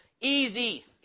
Easy